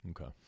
Okay